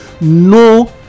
no